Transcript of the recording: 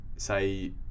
Say